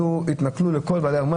התנכלו לכולם והם אמרו,